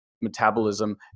metabolism